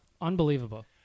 Unbelievable